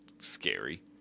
Scary